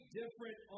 different